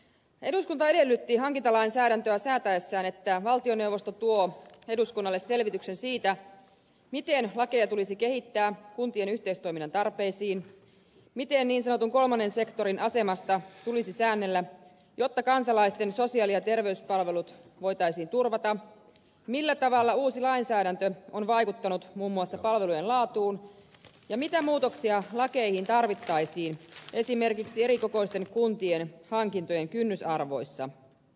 eduskunta edellytti hankintalainsäädäntöä säätäessään että valtioneuvosto tuo eduskunnalle selvityksen siitä miten lakeja tulisi kehittää kuntien yhteistoiminnan tarpeisiin miten niin sanotun kolmannen sektorin asemasta tulisi säännellä jotta kansalaisten sosiaali ja terveyspalvelut voitaisiin turvata millä tavalla uusi lainsäädäntö on vaikuttanut muun muassa palvelujen laatuun ja mitä muutoksia lakeihin tarvittaisiin esimerkiksi erikokoisten kuntien hankintojen kynnysarvoissa